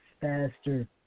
faster